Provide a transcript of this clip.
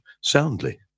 soundly